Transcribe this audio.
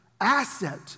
asset